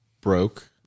broke